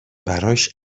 براش